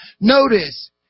Notice